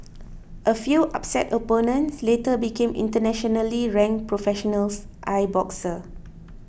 a few upset opponents later became internationally ranked professional l boxers